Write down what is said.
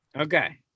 okay